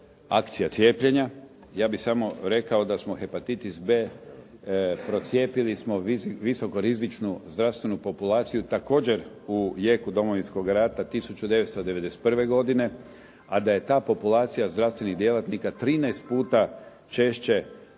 akcija cijepljenja. Ja bih samo rekao da smo hepatitis B procijepili smo visokorizičnu zdravstvenu populaciju također u jeku Domovinskog rata 1991. godine, a da je ta populacija zdravstvenih djelatnika 13 puta češće